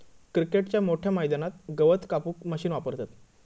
क्रिकेटच्या मोठ्या मैदानात गवत कापूक मशीन वापरतत